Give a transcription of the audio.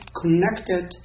connected